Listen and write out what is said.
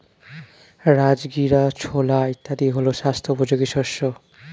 রাজগীরা, ছোলা ইত্যাদি হল স্বাস্থ্য উপযোগী শস্য